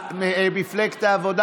מפלגת העבודה